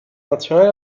nazionale